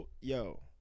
yo